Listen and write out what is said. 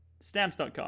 stamps.com